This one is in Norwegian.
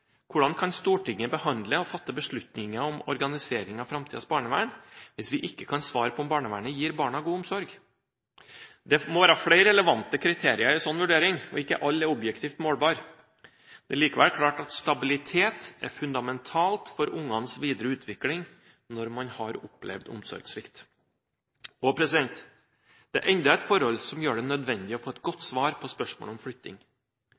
Hvordan kan Stortinget behandle og fatte beslutninger om organiseringen av framtidas barnevern, hvis vi ikke kan svare på om barnevernet gir barna god omsorg? Det må være flere relevante kriterier i en slik vurdering, og ikke alle er objektivt målbare. Det er likevel klart at stabilitet er fundamentalt for barns videre utvikling når man har opplevd omsorgssvikt. Det er enda et forhold som gjør det nødvendig å få et godt svar på spørsmålet om flytting.